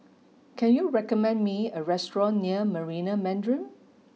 can you recommend me a restaurant near Marina Mandarin